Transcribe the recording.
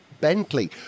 Bentley